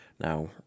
Now